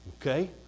okay